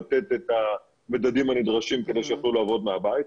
לתת את המדדים הנדרשים כדי שיוכלו לעבוד מהבית,